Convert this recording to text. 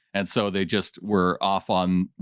and so they just were off on.